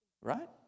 Right